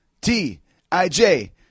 T-I-J